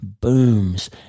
booms